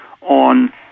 on